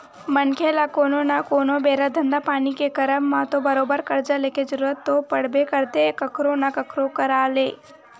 मनखे ल कोनो न कोनो बेरा धंधा पानी के करब म तो बरोबर करजा लेके जरुरत तो पड़बे करथे कखरो न कखरो करा ले